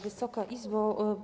Wysoka Izbo!